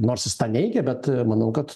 nors jis tą neigia bet manau kad